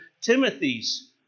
Timothy's